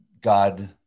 God